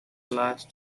last